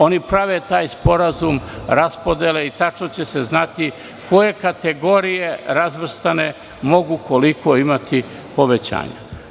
Oni prave taj sporazum raspodele i tačno će se znati koje kategorije razvrstane mogu koliko imati povećanja.